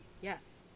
Yes